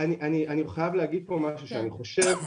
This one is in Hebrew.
לדעתי,